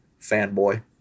fanboy